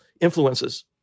influences